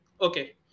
okay